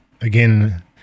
again